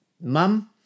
mum